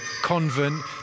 convent